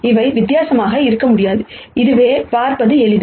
அவை வித்தியாசமாக இருக்க முடியாது இதைப் பார்ப்பது எளிது